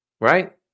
Right